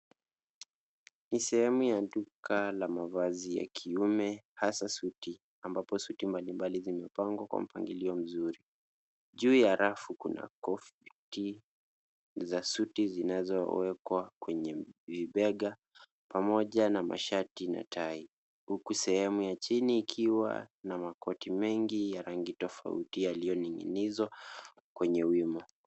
Ni sehemu ya duka na mavazi ya kiume hasa suti ambapo suti mbalimbali zimepangwa kwa mpangilio mzuri. Juu ya rafu kuna koti za suti zinazowekwa kwenye vibega pamoja na mashati na tai, huku sehemu ya chini ikiwa na makoti mengi ya rangi tofauti yaliyoning'inizwa kwenye wima.